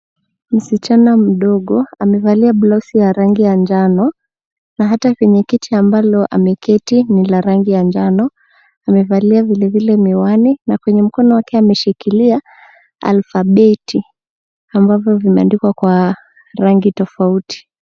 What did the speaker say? Msichana mdogo amevalia blausi ya rangi ya njano, na hata kwenye kiti ambalo ameketi ni la rangi ya njano. Amevalia vile vile miwani, na kwenye mkono wake ameshikilia alfabeti, ambavyo vimeandikwa kwa rangi tofauti.